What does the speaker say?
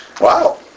wow